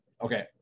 Okay